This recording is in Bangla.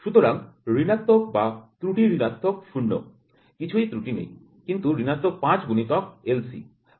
সুতরাং ঋণাত্মক বা ঋণাত্মক শূন্য ত্রুটি ৫ গুণিতক LC ছাড়া আর কিছু নয়